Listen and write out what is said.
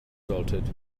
salted